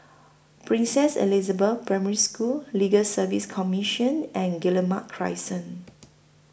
Princess Elizabeth Primary School Legal Service Commission and Guillemard Crescent